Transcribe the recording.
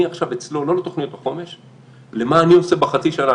אני עכשיו אצלול לא לתוכניות החומש אלא למה אני עושה בחצי שנה.